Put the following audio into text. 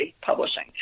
Publishing